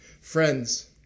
Friends